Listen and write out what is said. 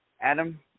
Adam